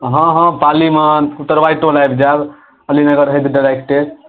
हँ हँ पालीमे उत्तरवारि टोल आबि जायब अलीनगर होइत डाइरेक्टे